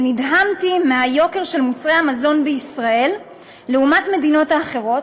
ונדהמתי מהיוקר של מוצרי המזון בישראל לעומת מדינות אחרות,